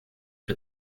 for